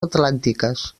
atlàntiques